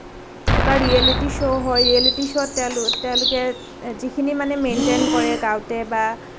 এটা reality show হয় reality শ্ব'ত তেওঁলো তেওঁলোকে যিখিনি মানে মেইনটেইন কৰে গাওঁতে বা